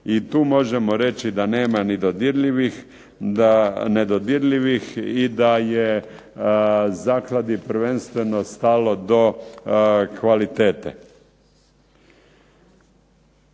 I tu možemo reći da nema ni dodirljivih, da nedodirljivih i da je zakladi prvenstveno stalo do kvalitete.